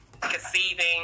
conceiving